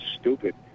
stupid